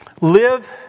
Live